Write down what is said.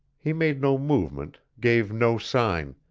he made no movement, gave no sign,